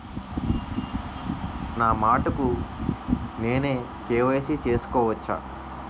నా మటుకు నేనే కే.వై.సీ చేసుకోవచ్చా?